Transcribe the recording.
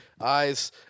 eyes